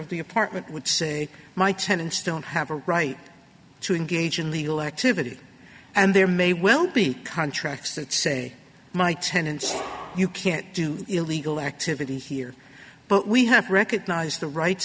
of the apartment would say my tenants don't have a right to engage in legal activity and there may well be contracts that say my tenants you can't do illegal activities here but we have to recognize the rights